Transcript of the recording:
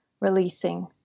releasing